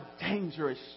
dangerous